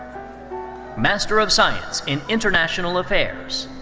master of science in international affairs.